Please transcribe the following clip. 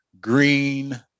green